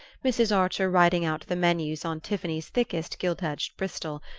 mrs. archer writing out the menus on tiffany's thickest gilt-edged bristol,